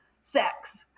sex